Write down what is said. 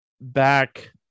back